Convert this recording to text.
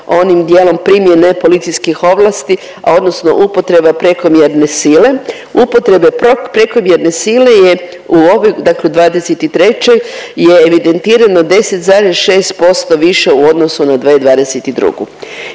onim dijelom primjene policijskih ovlasti odnosno upotreba prekomjerne sile. Upotreba prekomjerne sile je u dakle u '23. je evidentirano 10,6% više u odnosu na 2022..